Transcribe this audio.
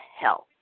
health